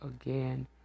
again